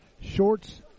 Shorts